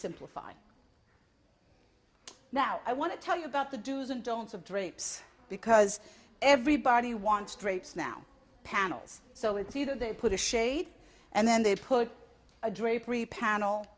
simplify now i want to tell you about the do's and don'ts of drapes because everybody wants drapes now panels so it's either they put a shade and then they put a drapery panel